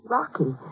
Rocky